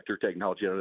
technology